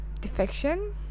defection